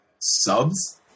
subs